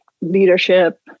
leadership